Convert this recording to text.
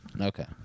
okay